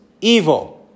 evil